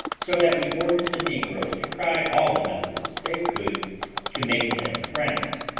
so that we ordered the negroes to try all the methods they could to make them friends.